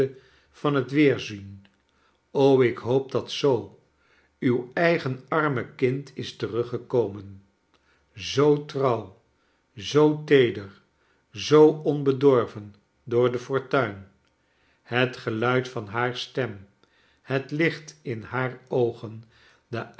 van het weerzien ik hoop dat zoo uw eigen arme kind is teruggekomen zoo trouw zoo teeder zoo onbedorvcn door de fortuin i het geluid van haar stem het licht in haar oogen